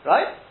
Right